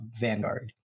Vanguard